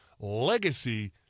legacy